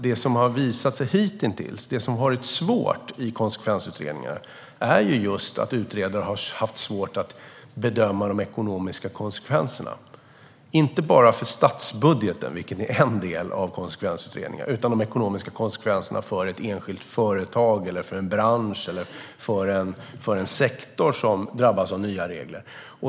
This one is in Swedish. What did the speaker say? Det som hitintills visat sig svårt i konsekvensutredningar är just att utredare har haft svårt att bedöma de ekonomiska konsekvenserna. Det gäller inte bara statsbudgeten, vilket är en del av konsekvensutredningarna, utan även de ekonomiska konsekvenserna för ett enskilt företag, en bransch eller en sektor som drabbas av nya regler.